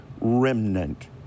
remnant